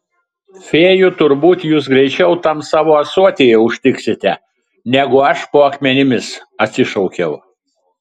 fėjų turbūt jūs greičiau tam savo ąsotyje užtiksite negu aš po akmenimis atsišaukiau